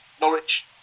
Norwich